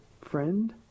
friend